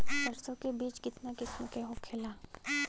सरसो के बिज कितना किस्म के होखे ला?